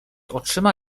oczyma